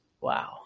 Wow